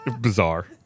Bizarre